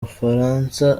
bufaransa